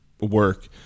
work